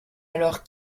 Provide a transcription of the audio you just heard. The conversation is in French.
alors